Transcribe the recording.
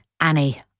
Annie